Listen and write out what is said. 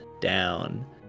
down